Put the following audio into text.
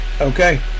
Okay